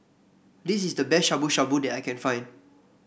this is the best Shabu Shabu that I can find